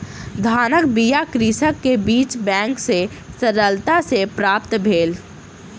धानक बीया कृषक के बीज बैंक सॅ सरलता सॅ प्राप्त भेल